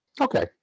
Okay